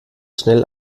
schnell